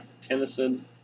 Tennyson